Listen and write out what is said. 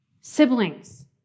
Siblings